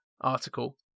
article